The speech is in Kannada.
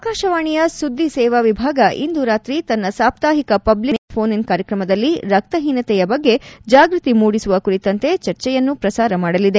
ಆಕಾಶವಾಣಿಯ ಸುದ್ದಿ ಸೇವಾ ವಿಭಾಗ ಇಂದು ರಾತ್ರಿ ತನ್ನ ಸಾಪ್ತಾಹಿಕ ಪಬ್ಲಿಕ್ ಸ್ವೀಕ್ ನೇರ ಮೋನ್ ಇನ್ ಕಾರ್ಯಕ್ರಮದಲ್ಲಿ ರಕ್ತ ಹೀನತೆಯ ಬಗ್ಗೆ ಜಾಗ್ಯತಿ ಮೂಡಿಸುವ ಕುರಿತಂತೆ ಚರ್ಚೆಯನ್ನು ಪ್ರಸಾರ ಮಾಡಲಿದೆ